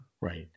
Right